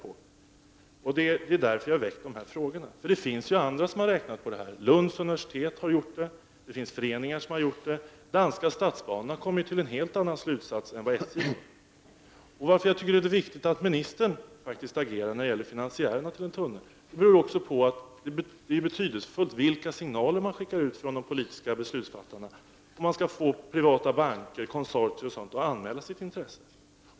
Det är därför som jag har väckt dessa frågor. Det finns nämligen andra som har räknat på det. Lunds universitet har gjort det. Det finns föreningar som har gjort det. Och Danske Statsbaner har kommit till en helt annan slutsats än SJ. Anledningen till att jag tycker att det är viktigt att ministern agerar när det gäller tunnelfinansiärerna är att det är betydelsefullt vilka signaler som skickas ut från de politiska beslutsfattarna om man skall få privata banker, konsortier, osv. att anmäla sitt intresse.